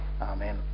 Amen